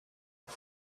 por